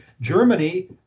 Germany